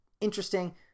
interesting